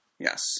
Yes